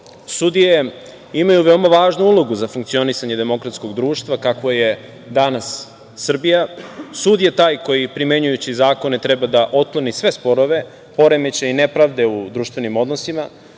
sudije imaju veoma važnu ulogu za funkcionisanje demokratskog društva, kakvo je danas Srbija, sud je taj koji primenjujući zakone treba da otkloni sve sporove, poremećaje i nepravde u društvenim odnosima. Sudijama